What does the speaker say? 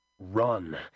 Run